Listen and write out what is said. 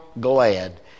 glad